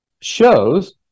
shows